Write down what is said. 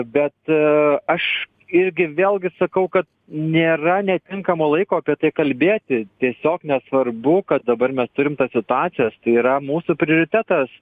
bet aš irgi vėlgi sakau kad nėra netinkamo laiko apie tai kalbėti tiesiog nesvarbu kad dabar mes turim tas situacijas tai yra mūsų prioritetas